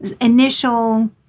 initial